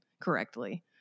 correctly